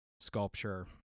sculpture